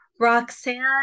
Roxanne